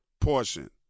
portion